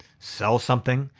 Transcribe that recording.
sell something.